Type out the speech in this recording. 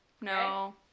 No